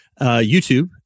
YouTube